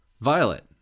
Violet